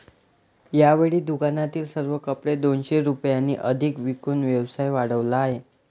यावेळी दुकानातील सर्व कपडे दोनशे रुपयांनी अधिक विकून व्यवसाय वाढवला आहे